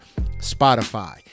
Spotify